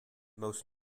most